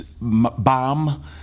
Bomb